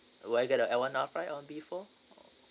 do I get the L one R five or B four